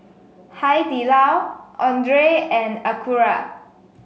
Hai Di Lao Andre and Acura